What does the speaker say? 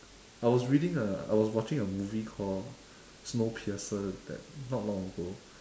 I was reading a I was watching a movie called snowpiercer that not long ago